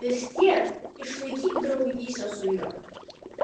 vis tiek išlaikyk draugystę su juo